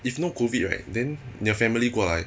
if no COVID right then 你的 family 过来